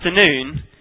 afternoon